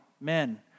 Men